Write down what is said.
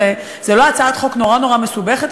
זו לא הצעת חוק נורא נורא מסובכת,